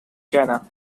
china